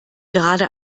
gerade